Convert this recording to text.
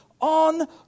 on